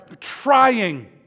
trying